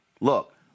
Look